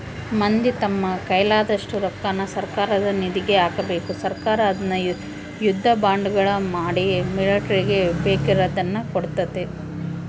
ಮಂದಿ ತಮ್ಮ ಕೈಲಾದಷ್ಟು ರೊಕ್ಕನ ಸರ್ಕಾರದ ನಿಧಿಗೆ ಹಾಕಬೇಕು ಸರ್ಕಾರ ಅದ್ನ ಯುದ್ಧ ಬಾಂಡುಗಳ ಮಾಡಿ ಮಿಲಿಟರಿಗೆ ಬೇಕಿರುದ್ನ ಕೊಡ್ತತೆ